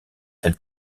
elle